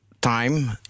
time